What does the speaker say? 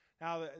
Now